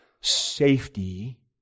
safety